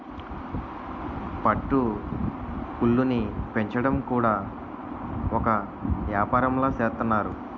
పట్టు గూళ్ళుని పెంచడం కూడా ఒక ఏపారంలా సేత్తన్నారు